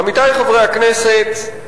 עמיתי חברי הכנסת,